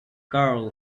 karl